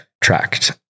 tracked